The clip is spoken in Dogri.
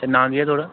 नांऽ केह् ऐ थुहाढ़ा